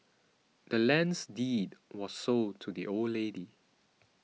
the land's deed was sold to the old lady